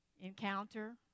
Encounter